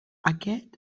aquest